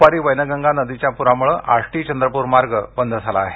दुपारी वैनगंगा नदीच्या पुरामुळे आष्टी चंद्रपूर मार्ग बंद झाला आहे